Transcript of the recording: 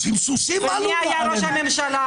היה מותר- -- מי היה ראש הממשלה?